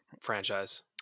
franchise